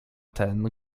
ten